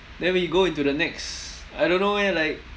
then we go into the next I don't know eh like